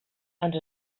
ens